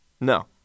No